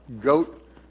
goat